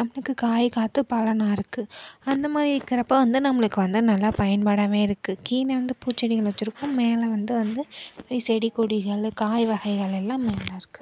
நம்மளுக்கு காய் காய்த்து பலனாக இருக்கும் அந்த மாதிரி இருக்கறப்ப வந்து நம்மளுக்கு வந்து நல்லா பயன்பாடாவே இருக்குது கீழே வந்து பூச்செடிகள் வச்சிருக்கோம் மேலே வந்து வந்து வே செடி கொடிகள் காய் வகைகள் எல்லாம் மேலே இருக்குது